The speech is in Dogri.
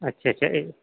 अच्छा अच्छा एह्